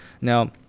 now